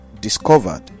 discovered